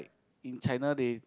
in China they